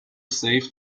safe